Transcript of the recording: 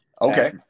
Okay